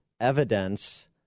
evidence